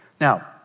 Now